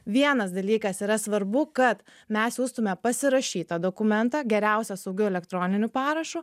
vienas dalykas yra svarbu kad mes siųstume pasirašytą dokumentą geriausia saugiu elektroniniu parašu